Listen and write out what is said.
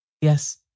Yes